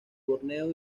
borneo